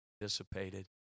dissipated